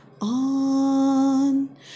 on